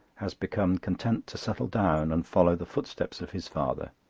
has become content to settle down and follow the footsteps of his father.